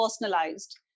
personalized